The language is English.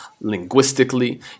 linguistically